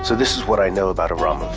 so this is what i know about avraamov.